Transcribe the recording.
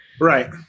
Right